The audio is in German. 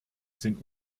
sind